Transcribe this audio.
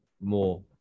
more